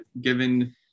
given